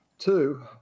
Two